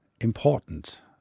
important